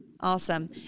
Awesome